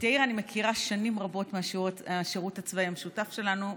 את יאיר אני מכירה שנים רבות מהשירות הצבאי המשותף שלנו,